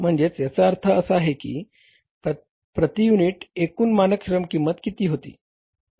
म्हणजे याचा अर्थ असा की प्रति युनिट एकूण मानक श्रम किंमत किती होती